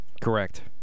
Correct